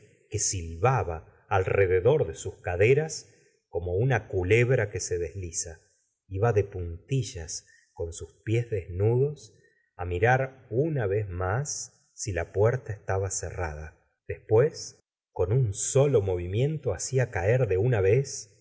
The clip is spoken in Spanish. que silbaba alrededor de sus caderas como una culebra que se desliza iba de puntillas con sus pies desnudos á mirar una vez más si la puerta estaba cerrada después con un solo movimiento hacía caer de una vez